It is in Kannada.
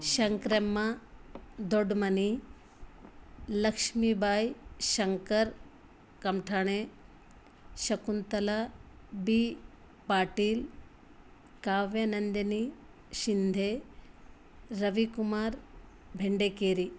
ಶಂಕ್ರಮ್ಮ ದೊಡ್ಮನಿ ಲಕ್ಷ್ಮಿಬಾಯಿ ಶಂಕರ್ ಕಮ್ಟಾಣೆ ಶಕುಂತಲ ಬಿ ಪಾಟೀಲ್ ಕಾವ್ಯನಂದನಿ ಶಿಂಧೆ ರವಿಕುಮಾರ್ ಭೆಂಡೆಕೇರಿ